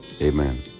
Amen